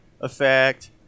effect